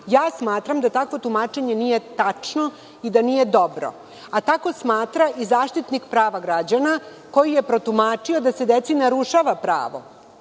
moguće. Smatram da takvo tumačenje nije tačno i da nije dobro, a tako smatra i Zaštitnik prava građana, koji je protumačio da se deci narušava pravo.